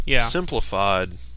Simplified